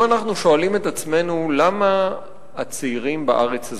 אם אנחנו שואלים את עצמנו למה הצעירים בארץ הזאת,